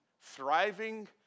thriving